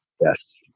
Yes